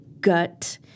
gut